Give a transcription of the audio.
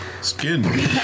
Skin